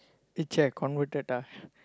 teacher converted ah